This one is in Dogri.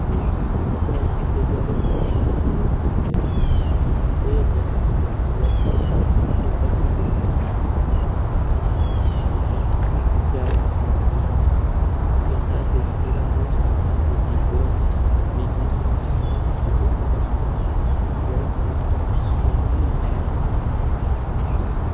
कोई होर दवाई ली औंदे जेह्दे बिच कीड़ा कूड़ा निं लग्गै उसी फिर जेह्ड़ा अस देसी गोहा सुट्टने आं ओह्दे कन्नै नुकसान नेईं पुजदा ऐ बूह्टें ई जादै नुकसान निं पुजदा ऐ बूह्टें ई क्योंकि असें देसी जेह्ड़ा गोहा सुट्टे दा होंदा देसी गोहा मिङना शिङना सुट्टू उड़दे ओह्दे कन्नै जेह्ड़ा साढ़ा फसल बी शैल होंदा ते